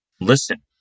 Listen